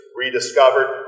rediscovered